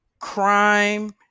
crime